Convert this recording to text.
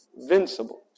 invincible